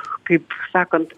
kaip sakant